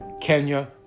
Kenya